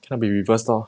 cannot be reversed lor